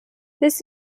this